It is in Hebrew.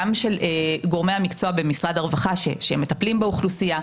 גם של גורמי המקצוע במשרד הרווחה שמטפלים באוכלוסייה.